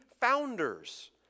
founders